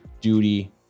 duty